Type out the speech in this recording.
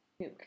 Nuke